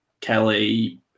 Kelly